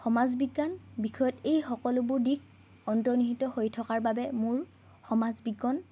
সমাজ বিজ্ঞান বিষয়ত এই সকলোবোৰ দিশ অন্তৰ্নিহিত হৈ থকাৰ বাবে মোৰ সমাজ বিজ্ঞান